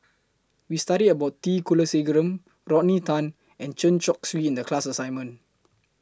We studied about T Kulasekaram Rodney Tan and Chen Chong Swee in The class assignment